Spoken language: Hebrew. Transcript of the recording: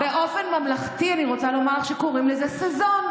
באופן ממלכתי אני רוצה לומר לך שקוראים לזה "סזון",